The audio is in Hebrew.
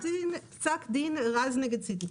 פסק דין רז נגד סיטיפס.